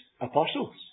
apostles